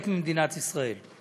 ממדינת ישראל.